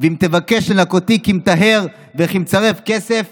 ואם תבקש לנקותי כמטהר וכמצרף כסף,